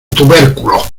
tubérculo